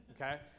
Okay